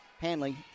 Hanley